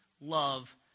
love